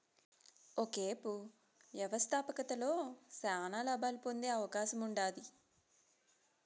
ఒకేపు వ్యవస్థాపకతలో శానా లాబాలు పొందే అవకాశముండాది